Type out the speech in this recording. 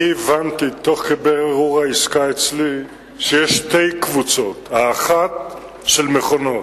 תוך כדי בירור הנושא אצלי הבנתי שיש שתי קבוצות של מכונות.